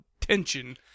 tension